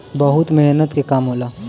बहुत मेहनत के काम होला